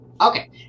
Okay